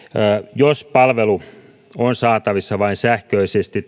jos palvelu on saatavissa vain sähköisesti